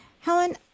Helen